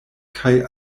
kaj